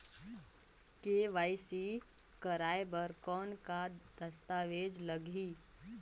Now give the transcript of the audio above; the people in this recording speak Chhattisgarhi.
के.वाई.सी कराय बर कौन का दस्तावेज लगही?